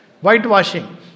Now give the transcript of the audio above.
whitewashing